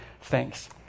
Thanks